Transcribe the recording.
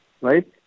Right